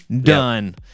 done